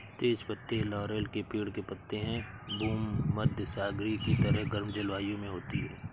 तेज पत्ते लॉरेल के पेड़ के पत्ते हैं भूमध्यसागरीय की तरह गर्म जलवायु में होती है